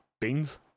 Beans